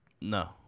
No